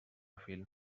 fil